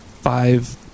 five